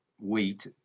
wheat